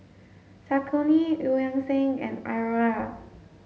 Saucony Eu Yan Sang and Iora